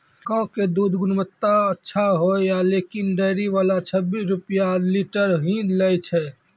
गांव के दूध के गुणवत्ता अच्छा होय या लेकिन डेयरी वाला छब्बीस रुपिया लीटर ही लेय छै?